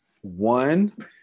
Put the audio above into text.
One